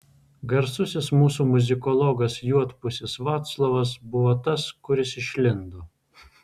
garsusis mūsų muzikologas juodpusis vaclovas buvo tas kuris išlindo